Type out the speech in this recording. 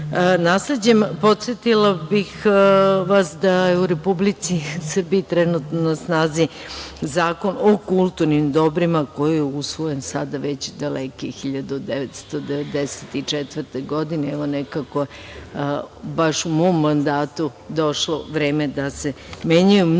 nasleđima. Podsetila bih vas da je u Republici Srbiji trenutno na snazi Zakon o kulturnim dobrima, koji je usvojen, sada već daleke 1994. godine, evo nekako baš u mom mandatu, došlo vreme da se menjaju mnogi